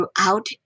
throughout